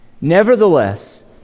Nevertheless